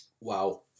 Wow